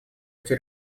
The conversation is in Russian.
эти